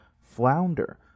Flounder